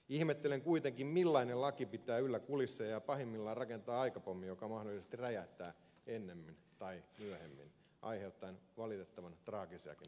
ihmettelen kuitenkin millainen laki pitää yllä kulisseja ja pahimmillaan rakentaa aikapommin joka mahdollisesti räjähtää ennemmin tai myöhemmin aiheuttaen valitettavan traagisiakin seurauksia